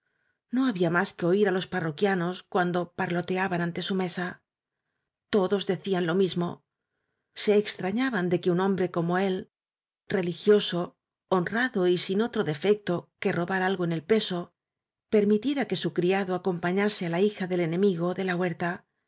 no había más que oir á los parroquianos cuando parloteaban ante su mesa todos decían lo mismo se extrañaban de que un hombre como él religioso honrado y sin otro defecto que robar algo en el peso permitiera que su cria do acompañase á la hija del enemigo de la huerta